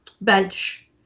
bench